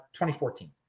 2014